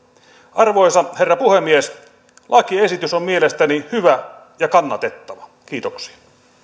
arvoisa herra puhemies lakiesitys on mielestäni hyvä ja kannatettava kiitoksia